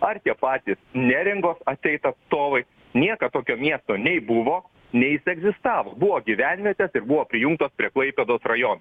ar tie patys neringos atseit atstovai niekad tokio miesto nei buvo nei jis egzistavo buvo gyvenvietės buvo prijungtos prie klaipėdos rajono